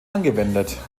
angewendet